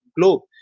globe